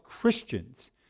Christians